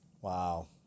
Wow